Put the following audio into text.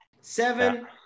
Seven